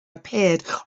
appeared